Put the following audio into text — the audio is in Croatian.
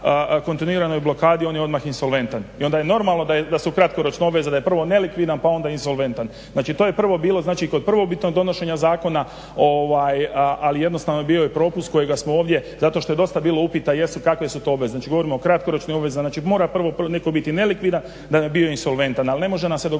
kontinuiranoj blokadi on je onda insolventan. I onda je normalno da su kratkoročne obveze, da je prvo nelikvidan a onda insolventan. Znači to je prvo bilo, znači kod prvobitnog donošenja zakona, ali jednostavno bio je propust kojega smo ovdje, zato što je dosta bilo upita jer su, kakve su to obaveze, znači govorimo o kratkoročnim obvezama. Znači govorimo o kratkoročnim obvezama, znači mora prvo biti nelikvidan da bi bio insolventan, ali ne može nam se dogoditi